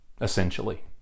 essentially